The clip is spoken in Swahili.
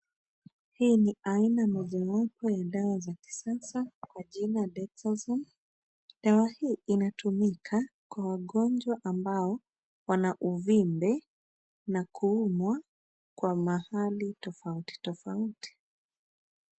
Hii ni aina mojawapo ya dawa za kisasa kwa jina Dexazone dawa hii inatumika kwa wagonjwa ambao wana uvimbe na kuumwa kwa mahali tofautitofauti.